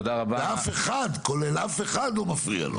ואף אחד, כולל אף אחד, לא מפריע לו.